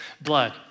blood